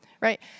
Right